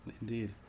Indeed